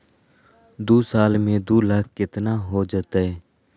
दू साल में दू लाख केतना हो जयते?